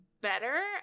better